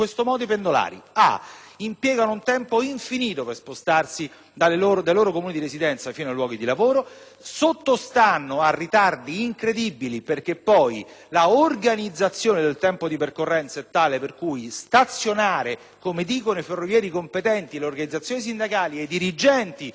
impiegano un tempo infinito per spostarsi dai loro comuni di residenza fino ai luoghi di lavoro, sottostando a ritardi incredibili, perché l'organizzazione del tempo di percorrenza è tale per cui - come dicono i ferrovieri competenti, le organizzazioni sindacali e i dirigenti di Trenitalia e di RFI che